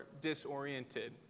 disoriented